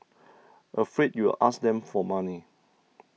afraid you'll ask them for money